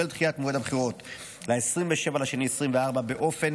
בשל דחיית מועד הבחירות ל-27 בפברואר 2024 באופן